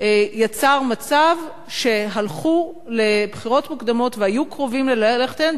יצר מצב שהלכו לבחירות מוקדמות והיו קרובים ללכת אליהן,